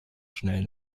schnell